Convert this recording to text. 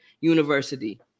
University